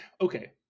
okay